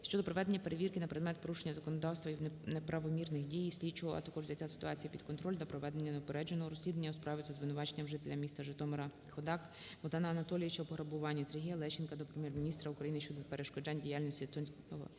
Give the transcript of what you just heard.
щодо проведення перевірки на предмет порушення законодавства і неправомірних дій слідчого, а також взяття ситуації під контроль для проведення неупередженого розслідування у справі за звинуваченням жителя міста Житомира Ходак Богдана Анатолійовича у пограбуванні. Сергія Лещенка до Прем'єр-міністра України щодо перешкоджань діяльності естонського